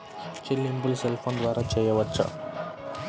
చెల్లింపులు cell phone ద్వారా చేయవచ్చా?